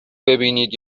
ببینید